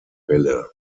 welle